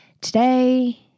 today